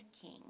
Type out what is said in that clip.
king